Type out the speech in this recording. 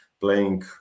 playing